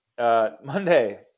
Monday